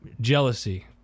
Jealousy